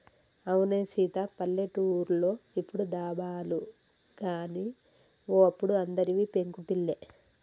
అవునే సీత పల్లెటూర్లో ఇప్పుడు దాబాలు గాని ఓ అప్పుడు అందరివి పెంకుటిల్లే